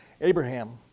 Abraham